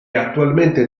attualmente